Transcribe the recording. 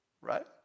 Right